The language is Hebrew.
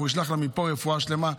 אנחנו נשלח לה מפה רפואה שלמה.